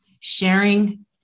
sharing